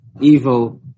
Evil